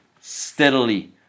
steadily